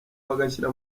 bagashyira